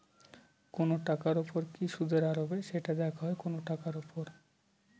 কোনো টাকার উপর কি সুদের হার হবে, সেটা দেখা হয় টাকার উপর